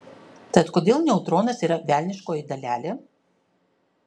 tad kodėl neutronas yra velniškoji dalelė